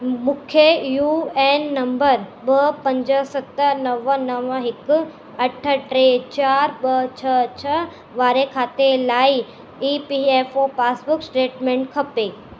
मूंखे U N number ॿ पंज सत नव नव हिकु अठ टे चारि ॿ छह छह वारे खाते लाइ E P F O passbook statement खपे